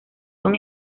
son